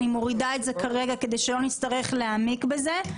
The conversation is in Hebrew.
אני מורידה את זה כרגע כדי שלא נצטרך להעמיק בזה,